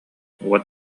уот